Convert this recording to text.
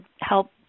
help